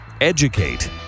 educate